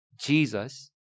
Jesus